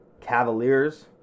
Cavaliers